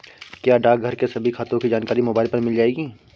क्या डाकघर के सभी खातों की जानकारी मोबाइल पर मिल जाएगी?